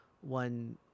one